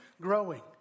growing